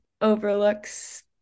overlooks